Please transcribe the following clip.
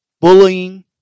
bullying